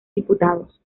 diputados